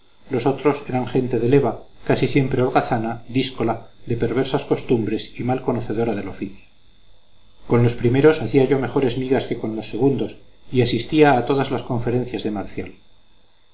otros eran gente de leva casi siempre holgazana díscola de perversas costumbres y mal conocedora del oficio con los primeros hacía yo mejores migas que con los segundos y asistía a todas las conferencias de marcial